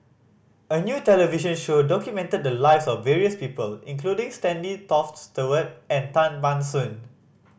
a new television show documented the lives of various people including Stanley Toft Stewart and Tan Ban Soon